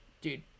dude